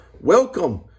Welcome